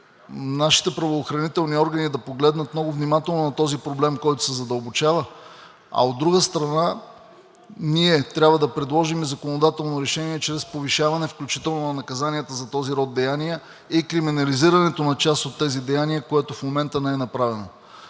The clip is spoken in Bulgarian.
нашите правоохранителни органи да погледнат много внимателно на този проблем, който се задълбочава, а от друга страна, ние трябва да предложим законодателно решение чрез повишаване, включително на наказанията за този род деяния и криминализирането на част от тези деяния, което в момента не е направено.